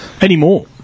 Anymore